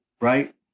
right